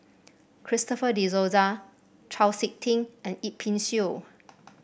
Christopher De Souza Chau SiK Ting and Yip Pin Xiu